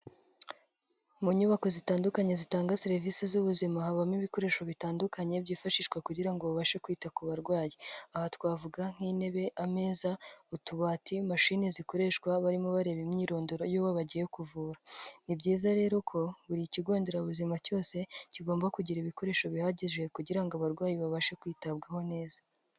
Mu nyubako zitandukanye zitanga serivisi z'ubuzima, habamo ibikoresho bitandukanye byifashishwa kugira ngo babashe kwita ku barwayi, aha twavuga nk'intebe, ameza, utubati, mashine zikoreshwa barimo bareba imyirondoro y'uwo bagiye kuvura, ni byiza rero ko buri kigo nderabuzima cyose kigomba kugira ibikoresho bihagije kugira ngo abarwayi babashe kwitabwaho neza.